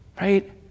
Right